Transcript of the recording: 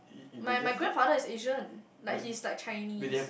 my my grandfather is Asian like he's like Chinese